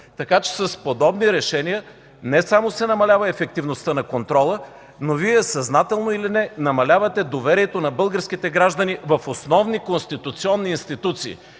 Така че с подобни решения не само се намалява ефективността на контрола, но Вие, съзнателно или не, намалявате доверието на българските граждани в основни конституционни институции.